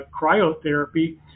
cryotherapy